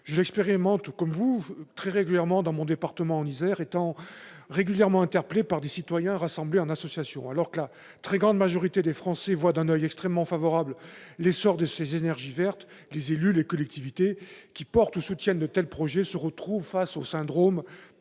je l'expérimente très régulièrement dans le département dont je suis issu ; en Isère, je suis régulièrement interpellé par des citoyens rassemblés en association. Alors que la très grande majorité des Français voient d'un oeil extrêmement favorable l'essor de ces énergies vertes, les élus, les collectivités qui portent ou soutiennent de tels projets se retrouvent face au syndrome